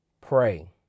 pray